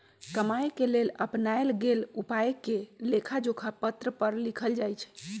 कमाए के लेल अपनाएल गेल उपायके लेखाजोखा पत्र पर लिखल जाइ छइ